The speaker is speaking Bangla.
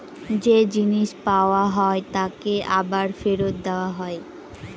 যে জিনিস পাওয়া হয় তাকে আবার ফেরত দেওয়া হয়